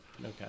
Okay